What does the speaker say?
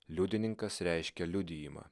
liudininkas reiškia liudijimą